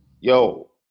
yo